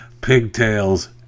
Pigtails